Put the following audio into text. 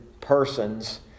persons